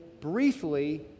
briefly